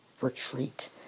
retreat